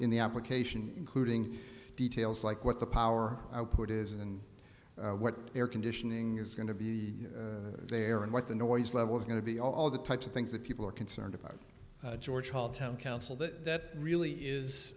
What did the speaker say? in the application including details like what the power output is and what air conditioning is going to be there and what the noise level is going to be all the types of things that people are concerned about george hall town council that really is